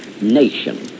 nation